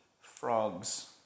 Frogs